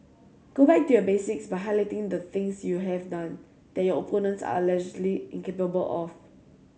go back to basics by highlighting the things you have done that your opponents are allegedly incapable of